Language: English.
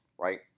Right